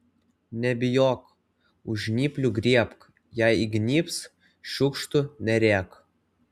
nebijok už žnyplių griebk jei įgnybs šiukštu nerėk